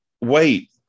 wait